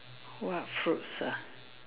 what fruits ah